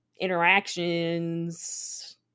interactions